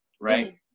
right